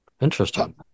interesting